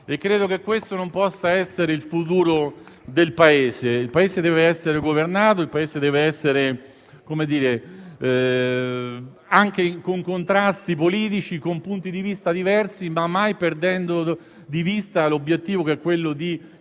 Credo che questo non possa essere il futuro del Paese, che dev'essere governato, anche con contrasti politici e punti di vista diversi, ma mai perdendo di vista l'obiettivo di consentire